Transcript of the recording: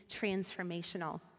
transformational